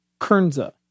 Kernza